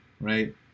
right